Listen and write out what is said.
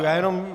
Já jenom...